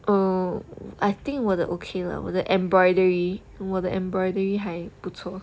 oh I think 我的 okay lor 我的 embroidery 我的 embroidery 还不错